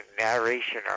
narration